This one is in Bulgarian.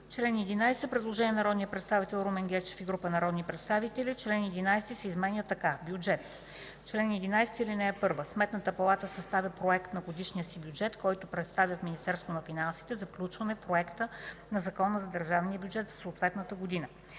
чл. 11 – предложение на народния представител Румен Гечев и група народни представители: „Чл. 11 се изменя така: „Бюджет Чл. 11 (1) Сметната палата съставя проект на годишния си бюджет, който представя в Министерството на финансите за включване в проекта на закона за държавния бюджет за съответната година.